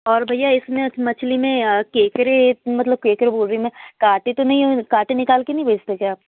और भैया इसमें उस मछली में केकड़े मतलब केकड़े बोल रही हूँ मैं काँटे तो नहीं काँटे निकल कर नहीं बेचते क्या